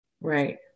Right